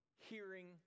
hearing